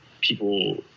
people